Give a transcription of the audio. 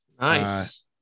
Nice